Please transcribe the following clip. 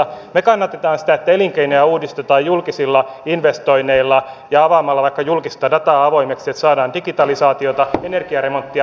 me kannatamme sitä että elinkeinoja uudistetaan julkisilla investoinneilla ja avaamalla vaikka julkista dataa avoimeksi niin että saadaan digitalisaatiota energiaremonttia